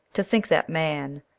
to think that man,